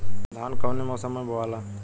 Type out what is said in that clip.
धान कौने मौसम मे बोआला?